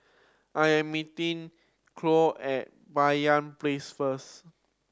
I am meeting Cloyd at Banyan Place first